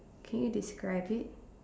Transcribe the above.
can you describe it